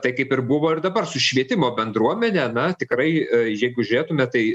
tai kaip ir buvo ir dabar su švietimo bendruomene na tikrai jeigu žiūrėtume tai